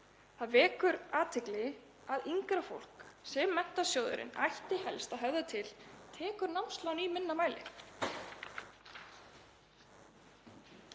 Það vekur athygli að yngra fólk, sem Menntasjóðurinn ætti helst að höfða til, tekur námslán í minna mæli.